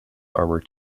armour